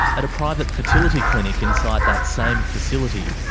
at a private fertility clinic inside that same facility,